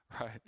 Right